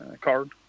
card